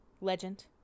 legend